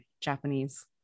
Japanese